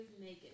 naked